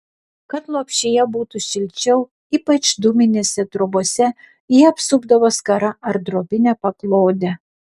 kad lopšyje būtų šilčiau ypač dūminėse trobose jį apsupdavo skara arba drobine paklode